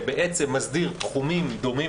שמסדיר תחומים דומים,